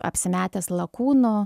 apsimetęs lakūnu